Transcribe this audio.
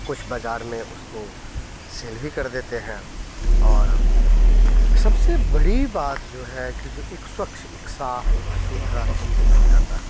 कुछ बाज़ार में उसको सेल भी कर देते हैं और सब से बड़ी बात जो है कि जो एक स्वच्छ एक साफ़ एक सुथरा चीज़ मिल जाता है